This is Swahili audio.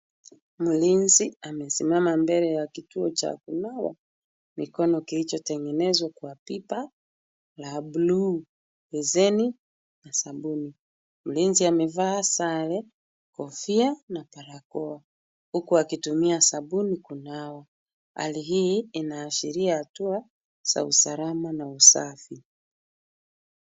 Mlinzi amesimama mbele ya kituo cha kunawa mikono, kilichotengenezwa kwa pipa la blue , besheni na sabuni. Mlinzi amevaa sare , kofia na barakoa, huku akitumia sabuni kunawa. Hali hii inaashiria hatua za usalama na usafi.